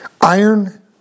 Iron